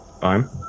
fine